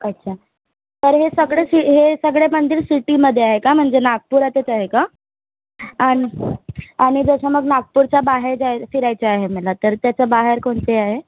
अच्छा तर हे सगळे सी हे सगळे मंदिर सिटीमध्ये आहे का म्हणजे नागपुरातच आहे का आण आणि जसं मग नागपूरच्या बाहेर जाय फिरायचं आहे मला तर त्याच्याबाहेर कोणते आहे